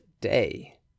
day